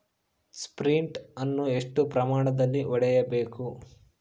Sprint ಅನ್ನು ಎಷ್ಟು ಪ್ರಮಾಣದಲ್ಲಿ ಹೊಡೆಯಬೇಕು?